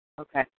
Okay